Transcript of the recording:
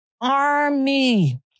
army